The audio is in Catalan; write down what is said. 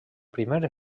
primer